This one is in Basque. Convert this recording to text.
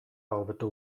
hobeto